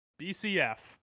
BCF